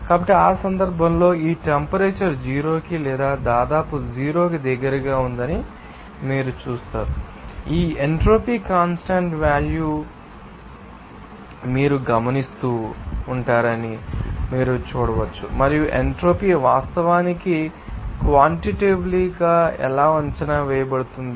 కాబట్టి ఆ సందర్భాలలో ఈ టెంపరేచర్ జీరో కి లేదా దాదాపుగా జీరో కి దగ్గరగా ఉందని మీరు చూస్తారు ఈ ఎంట్రోపీ కాన్స్టాంట్ వాల్యూ అని మీరు గమనిస్తూ ఉంటారని మీరు చూడవచ్చు మరియు ఎంట్రోపీ వాస్తవానికి క్వాన్టిటేటీవీలి గా ఎలా అంచనా వేయబడుతుంది